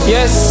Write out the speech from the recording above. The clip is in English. Yes